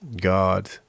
God